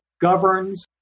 governs